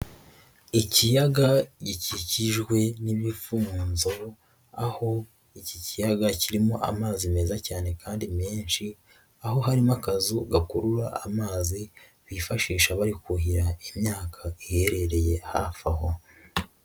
Ikiyaga gikikijwe n'imifunzo, aho iki kiyaga kirimo amazi meza cyane kandi menshi, aho harimo akazu gakurura amazi, bifashisha bari kuhira imyaka, iherereye hafi aho.